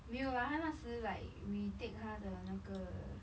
没有啦他那时 like retake 他的那个